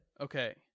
Okay